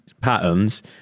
patterns